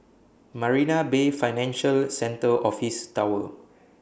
Marina Bay Financial Centre Office Tower